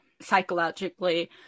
psychologically